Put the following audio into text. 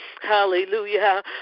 Hallelujah